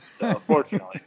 Unfortunately